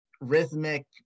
rhythmic